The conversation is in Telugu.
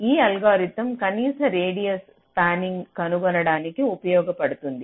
ఈ అల్గోరిథం కనీస రేడియస్ స్పానింగ్ ట్రీ కనుగొనడానికి ఉపయోగ పడుతుంది